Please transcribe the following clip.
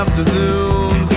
Afternoon